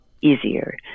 easier